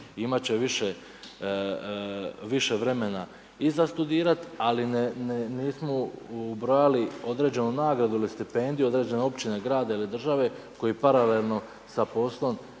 imati će više vremena i za studirati ali nismo ubrojali određenu nagradu ili stipendiju, određene općine, grada ili države koji paralelno sa poslom